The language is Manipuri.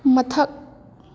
ꯃꯊꯛ